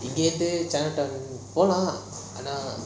நன்கறிந்து:angarinthu china town போலாம் ஆனா:polam aana